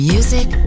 Music